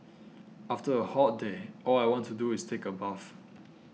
after a hot day all I want to do is take a bath